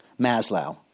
Maslow